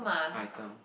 item